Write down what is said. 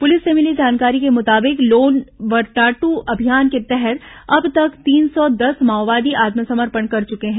police से मिली जानकारी के मुताबिक लोन वर्राटू अभियान के तहत अब तक तीन सौ दस माओवादी आत्मसमर्पण कर चुके हैं